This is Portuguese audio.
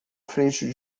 frente